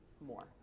more